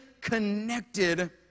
connected